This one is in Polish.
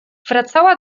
wracała